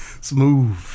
Smooth